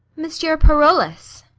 monsieur parolles.